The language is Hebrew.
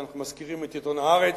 שאנחנו מזכירים את עיתון "הארץ".